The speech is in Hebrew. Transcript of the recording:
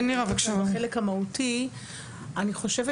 אני חושבת